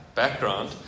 background